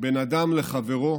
בין אדם לחברו